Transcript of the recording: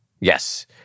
Yes